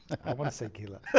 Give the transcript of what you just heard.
i want to say killer.